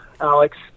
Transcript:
Alex